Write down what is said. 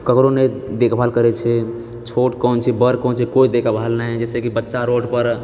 ककरो नहि देखभाल करैत छै छोट कोन छै कि बड़ कोन छै कोइ देखभाल नहि जाहिसँ कि बच्चा रोड पर